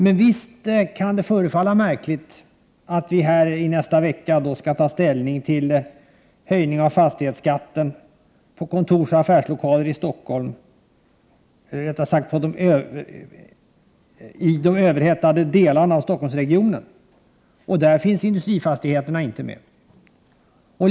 Men det förefaller märkligt att vi här i nästa vecka skall ta ställning till höjning av fastighetsskatten på kontorsoch affärslokaler i de överhettade delarna av Stockholmsregionen utan att industrifastigheterna är medtagna.